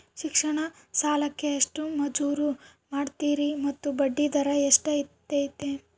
ಶಿಕ್ಷಣ ಸಾಲಕ್ಕೆ ಎಷ್ಟು ಮಂಜೂರು ಮಾಡ್ತೇರಿ ಮತ್ತು ಬಡ್ಡಿದರ ಎಷ್ಟಿರ್ತೈತೆ?